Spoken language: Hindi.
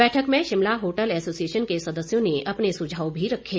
बैठक में शिमला होटल एसोसिएशन के सदस्यों ने अपने सुझाव भी रखे